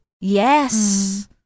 Yes